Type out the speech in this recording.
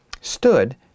stood